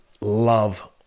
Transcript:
love